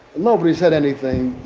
nobody said anything,